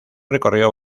recorrió